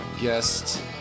guest